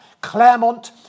Claremont